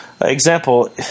example